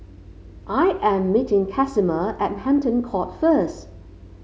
I am meeting Casimer at Hampton Court first